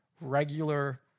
regular